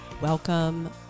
Welcome